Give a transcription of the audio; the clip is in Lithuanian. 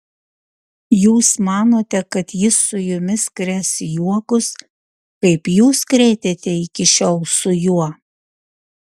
jūs manote kad jis su jumis krės juokus kaip jūs krėtėte iki šiol su juo